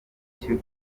iki